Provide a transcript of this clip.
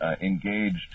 engaged